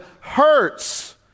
hurts